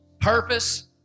purpose